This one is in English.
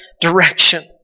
direction